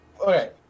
Okay